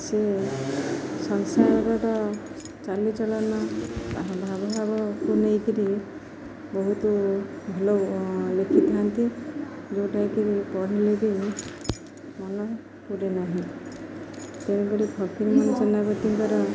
ସେ ସଂସାରର ଚାଲିଚଳନ ଭାବ ଭାବକୁ ନେଇ କରି ବହୁତ ଭଲ ଲେଖିଥାନ୍ତି ଯେଉଁଟାକି ପଢ଼ିଲେ ବି ମନ ଭରେ ନାହିଁ ତେଣୁ କରି ଫକୀରମୋହନ ସେନାପତିଙ୍କର